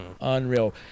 Unreal